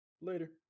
Later